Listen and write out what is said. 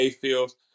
feels